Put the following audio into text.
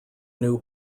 new